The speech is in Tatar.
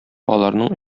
аларның